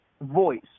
voice